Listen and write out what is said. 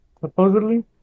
Supposedly